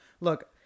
look